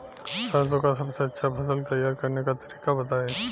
सरसों का सबसे अच्छा फसल तैयार करने का तरीका बताई